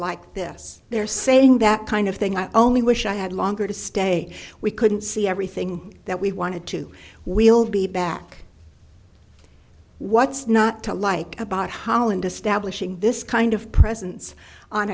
like this they're saying that kind of thing i only wish i had longer to stay we couldn't see everything that we wanted to we'll be back what's not to like about holland establishing this kind of presence on